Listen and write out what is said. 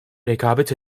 rekabet